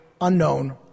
unknown